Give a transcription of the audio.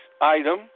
item